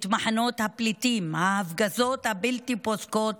את מחנות הפליטים, ההפגזות הבלתי-פוסקות,